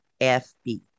fb